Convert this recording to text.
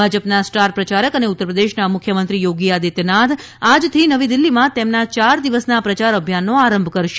ભાજપના સ્ટાર પ્રચારક અને ઉત્તર પ્રદેશના મુખ્યમંત્રી યોગી આદિત્યનાથ આજથી નવી દિલ્ફીમાં તેમના યાર દિવસના પ્રચાર અભિયાનનો આરંભ કરશે